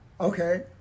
Okay